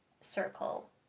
circle